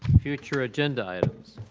future agenda